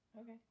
Okay